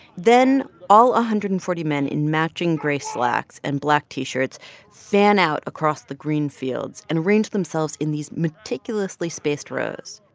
then all one ah hundred and forty men in matching gray slacks and black t-shirts stand out across the green fields and arrange themselves in these meticulously spaced rows.